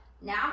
Now